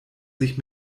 sich